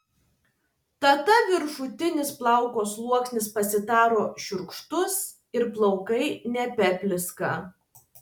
tada viršutinis plauko sluoksnis pasidaro šiurkštus ir plaukai nebeblizga